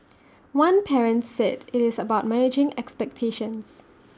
one parent said IT is about managing expectations